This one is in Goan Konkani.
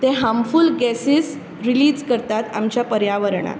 ते हार्म्फूल गैसीज रिलीज करतात आमच्या पर्यावरणांत